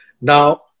Now